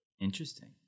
Interesting